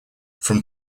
from